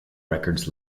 records